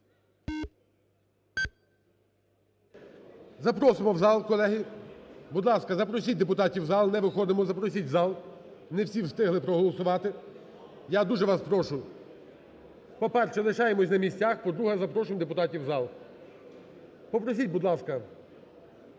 Запросимо в зал, колеги. Будь ласка, запросіть депутатів у зал, не виходимо, запросіть у зал, не всі встигли проголосувати. Я дуже вас прошу, по-перше, лишаємося на місцях. По-друге, запрошуємо депутатів у зал. Попросіть, будь ласка.